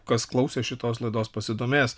kas klausė šitos laidos pasidomės